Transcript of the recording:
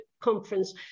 conference